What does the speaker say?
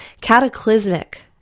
cataclysmic